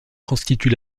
constitue